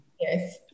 Yes